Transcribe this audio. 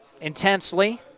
intensely